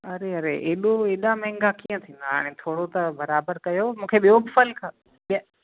अरे अरे एॾो एॾा महांगा कीअं थींदा हाणे थोरो त बराबरि कयो मूंखे ॿियो बि फ़ल खपे ॿिया